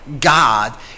God